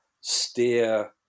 steer